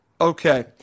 Okay